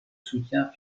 soutient